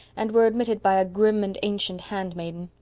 and were admitted by a grim and ancient handmaiden.